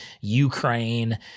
Ukraine